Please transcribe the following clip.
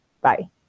Bye